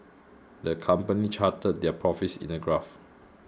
the company charted their profits in a graph